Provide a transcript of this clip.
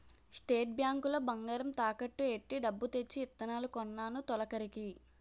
state bank లో బంగారం తాకట్టు ఎట్టి డబ్బు తెచ్చి ఇత్తనాలు కొన్నాను తొలకరికి